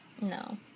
No